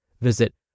Visit